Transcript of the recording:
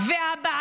וזה חלק מההסתה.